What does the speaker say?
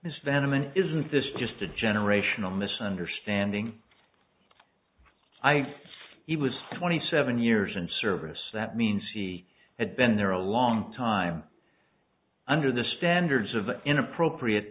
and isn't this just a generational misunderstanding i saw he was twenty seven years in service that means he had been there a long time under the standards of inappropriate